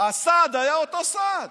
הסעד היה אותו סעד.